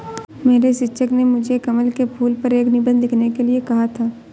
मेरे शिक्षक ने मुझे कमल के फूल पर एक निबंध लिखने के लिए कहा था